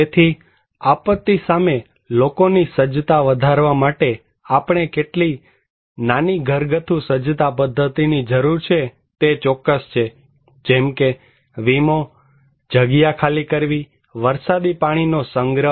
તેથી આપત્તિ સામે લોકોની સજ્જતા વધારવા માટે આપણે કેટલીક નાની ઘરગથ્થુ સજ્જતા પદ્ધતિની જરૂર છે તે ચોક્કસ છે જેમકે વીમો જગ્યા ખાલી કરવી વરસાદી પાણીનો સંગ્રહ